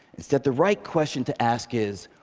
it's that the right question to ask is,